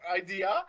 idea